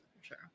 sure